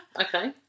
Okay